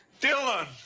Dylan